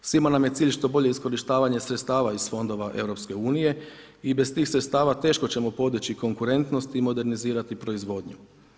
Svima nam je cilj što bolje iskorištavanje sredstava iz fondova EU-a i bez tih sredstava teško ćemo podići konkurentnost i modernizirati proizvodnju.